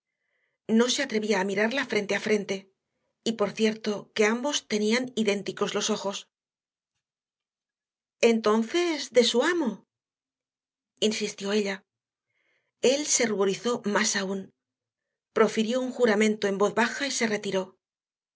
no se atrevía a mirarla frente a frente y por cierto que ambos tenían idénticos los ojos entonces de su amo insistió ella él se ruborizó más aún profirió un juramento en voz baja y se retiró